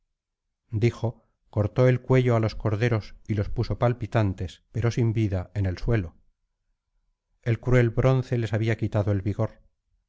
dijo cortó el cuello á los corderos y los puso palpitantes pero sin vida en el suelo el cruel bronce les había quitado el